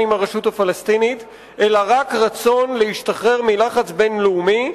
עם הרשות הפלסטינית אלא רק רצון להשתחרר מלחץ בין-לאומי.